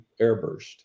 airburst